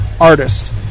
artist